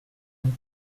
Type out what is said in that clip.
and